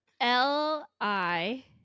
L-I-